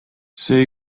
see